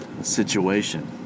situation